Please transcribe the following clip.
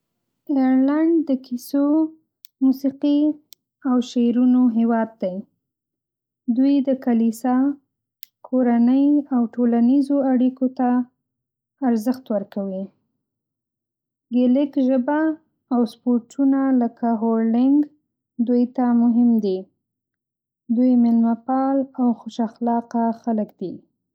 ایرلنډ د کیسو، موسیقۍ او شعرونو هېواد دی. دوی د کلیسا، کورنۍ او ټولنیزو اړیکو ته ارزښت ورکوي. ګېلیک ژبه او سپورتونه لکه هورلینګ دوی ته مهم دي. دوی میلمه‌پاله، او خوش‌اخلاقه خلک دي.